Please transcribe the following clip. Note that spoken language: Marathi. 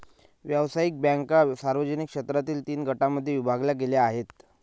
व्यावसायिक बँका सार्वजनिक क्षेत्रातील तीन गटांमध्ये विभागल्या गेल्या आहेत